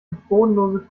bodenlose